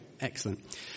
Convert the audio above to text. Excellent